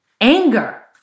anger